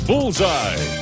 Bullseye